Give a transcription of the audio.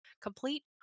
complete